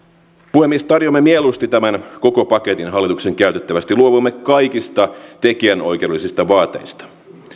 puhemies tarjoamme mieluusti tämän koko paketin hallituksen käytettäväksi luovumme kaikista tekijänoikeudellisista vaateista